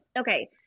Okay